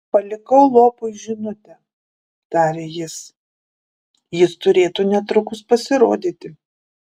palikau lopui žinutę tarė jis jis turėtų netrukus pasirodyti